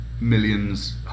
millions